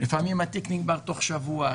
מביא לכך שלפעמים התיק נגמר תוך שבוע.